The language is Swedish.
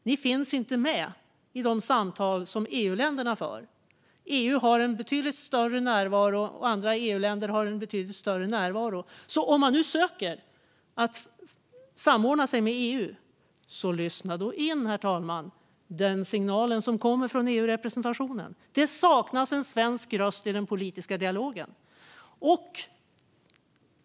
Ni finns inte med i de samtal som EU-länderna för. EU har en betydligt större närvaro, liksom andra EU-länder. Så om man strävar efter att samordna sig med EU bör man, herr talman, lyssna in den signal som kommer från EU-representationen. Det saknas en svensk röst i den politiska dialogen.